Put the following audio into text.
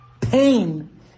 Pain